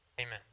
Amen